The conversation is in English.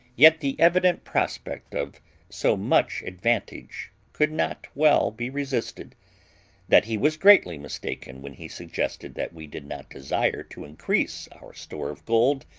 yet the evident prospect of so much advantage could not well be resisted that he was greatly mistaken, when he suggested that we did not desire to increase our store of gold,